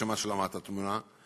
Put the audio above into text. לשם השלמת התמונה,